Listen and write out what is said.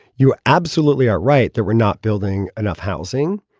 you absolutely are right that we're not building enough housing.